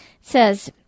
says